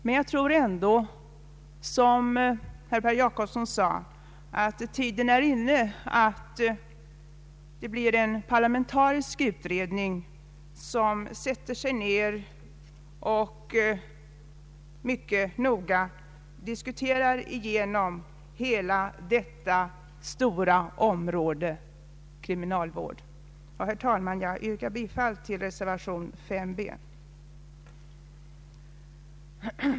Men jag tror ändå, som herr Per Jacobsson framhöll, att tiden nu är inne för att tillsätta en parlamentarisk utredning som mycket noga går igenom hela detta stora område, nämligen kriminalvården. Herr talman! Jag yrkar bifall till reservation b.